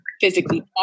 physically